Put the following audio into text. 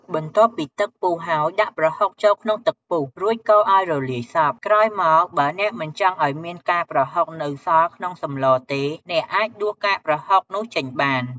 បន្ទាប់ពីទឹកពុះហើយ ដាក់ប្រហុកចូលក្នុងទឹកពុះ រួចកូរឲ្យរលាយសព្វ ក្រោយមកបើអ្នកមិនចង់ឲ្យមានកាកប្រហុកនៅសល់ក្នុងសម្លរទេ អ្នកអាចដួសកាកប្រហុកនោះចេញបាន។